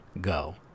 go